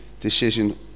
decision